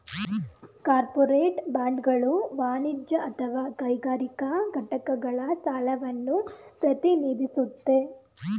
corporate ಬಾಂಡ್ಗಳು ವಾಣಿಜ್ಯ ಅಥವಾ ಕೈಗಾರಿಕಾ ಘಟಕಗಳ ಸಾಲವನ್ನ ಪ್ರತಿನಿಧಿಸುತ್ತೆ